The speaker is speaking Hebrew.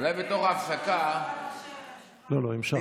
אולי בתוך ההפסקה, לא, לא, המשכנו.